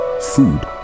food